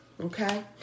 okay